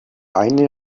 eine